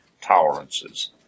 tolerances